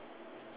ya